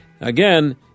Again